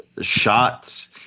shots